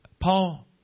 Paul